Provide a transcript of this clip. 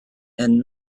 and